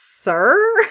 Sir